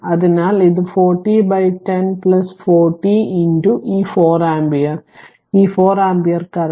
അതിനാൽ ഇത് 40 10 40 ഈ 4 ആമ്പിയർ ഈ 4 ആമ്പിയർ കറന്റ്